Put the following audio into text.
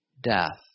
death